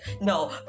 No